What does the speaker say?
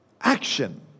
action